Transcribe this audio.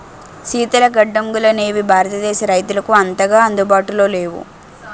శీతల గడ్డంగులనేవి భారతదేశ రైతులకు అంతగా అందుబాటులో లేవు